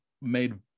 made